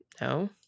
No